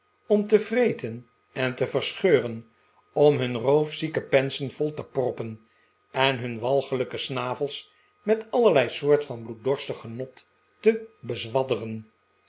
om te vreten en te verscheuren om hun roofzieke pensen vol te proppen en hun walgelijke snavels met allerlei soort van bloeddorstig genpt te bezwadderen